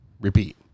repeat